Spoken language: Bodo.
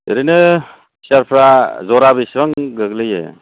ओरैनो सियारफोरा जरा बेसेबां गोग्लैयो